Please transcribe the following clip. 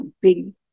big